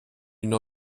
une